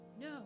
No